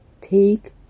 Take